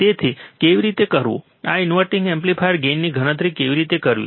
તેથી કેવી રીતે કરવું અથવા ઇન્વર્ટીંગ એમ્પ્લીફાયરના ગેઇનની ગણતરી કેવી રીતે કરવી